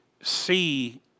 see